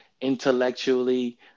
intellectually